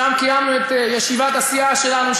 שם קיימנו את ישיבת הסיעה שלנו,